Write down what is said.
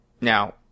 now